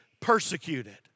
persecuted